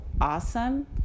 awesome